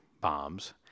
bombs